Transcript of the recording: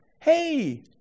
hey